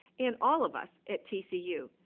and all of us at tcu.